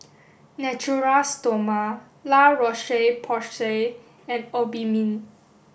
Natura Stoma La Roche Porsay and Obimin